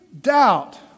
doubt